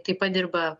taip pat dirba